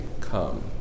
come